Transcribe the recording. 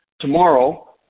tomorrow